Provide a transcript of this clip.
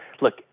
look